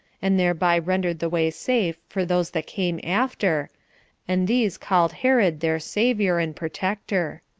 and thereby rendered the way safe for those that came after and these called herod their savior and protector.